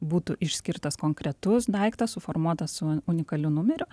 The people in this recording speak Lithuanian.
būtų išskirtas konkretus daiktas suformuotas su unikaliu numeriu